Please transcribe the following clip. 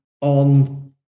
on